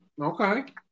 Okay